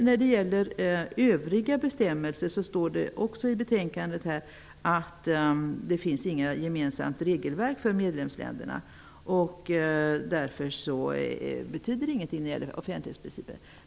När det gäller övriga bestämmelser står det också i betänkandet att det inte finns något gemensamt regelverk för medlemsländerna. Därför betyder det ingenting när det gäller offentlighetsprincipen.